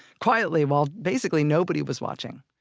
quietly, while basically nobody was watching,